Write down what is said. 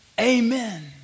Amen